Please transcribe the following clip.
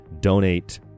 Donate